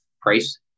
price